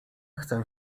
chcę